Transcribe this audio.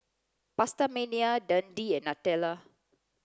PastaMania Dundee and Nutella